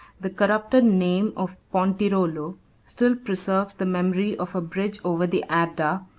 the corrupted name of pontirolo still preserves the memory of a bridge over the adda,